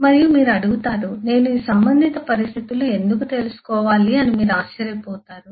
మరియు మీరు అడుగుతారు నేను ఈ సంబంధింత పరిస్థితులు ఎందుకు తెలుసుకోవాలి అని మీరు ఆశ్చర్యపోతారు